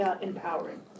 empowering